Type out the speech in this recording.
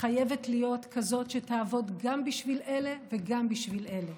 חייבת להיות כזאת שתעבוד גם בשביל אלה וגם בשביל אלה.